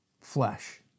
flesh